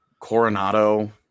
Coronado